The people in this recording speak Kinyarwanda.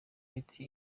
miti